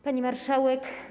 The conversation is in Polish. Pani Marszałek!